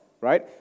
right